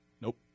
Nope